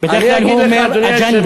בדרך כלל הוא אומר אגָ'נדה,